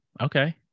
Okay